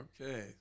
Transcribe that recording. Okay